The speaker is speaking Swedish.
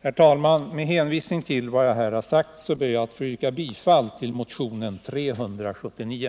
Herr talman! Med hänvisning till vad jag här sagt ber jag att få yrka bifall till motionen 379.